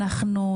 אנחנו,